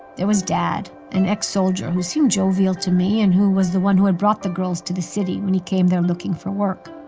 there was dad, an ex-soldier, who seemed jovial to me and who was the one who had brought the girls to the city when he came there looking for work,